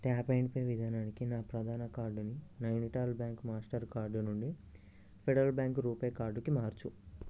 tap and pay విధానానికి నా ప్రధాన కార్డుని నైనిటాల్ బ్యాంక్ మాస్టర్ కార్డు నుండి ఫెడరల్ బ్యాంక్ రూపే కార్డుకి మార్చు